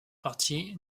partie